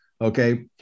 Okay